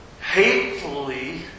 hatefully